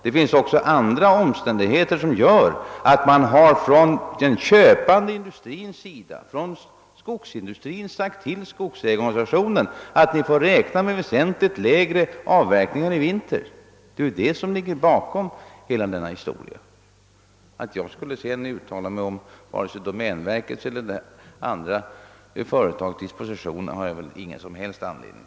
Det finns också andra omständigheter bakom att den köpande skogsindustrin har sagt till skogsägarorganisationerna att de får räkna med väsentligt lägre avverkningar i vinter. Det är detta som ligger bakom hela denna historia. Jag har väl ingen som helst anledning att sedan uttala mig om vare sig domänverkets eller andra företags dispositioner.